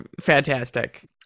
fantastic